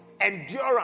Endurance